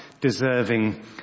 deserving